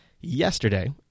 yesterday